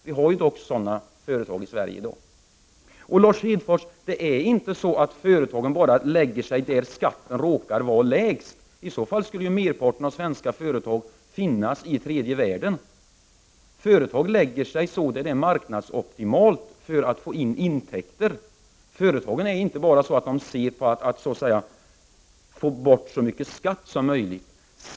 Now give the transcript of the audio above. Vi har dock sådana företag i Sverige i dag. Lars Hedfors, företagen etablerar sig inte bara där skatten råkar vara lägst. I så fall skulle merparten av svenska företag finnas i tredje världen. Företag placerar sig marknadsoptimalt för att få in intäkter. Företagen ser inte bara på att få bort så mycket skatt som möjligt.